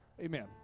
Amen